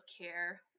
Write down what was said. care